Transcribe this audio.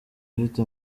ifite